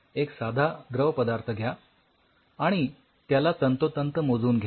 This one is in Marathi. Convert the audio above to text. एक साधा द्रव पदार्थ घ्या आणि त्याला तंतोतंत मोजून घ्या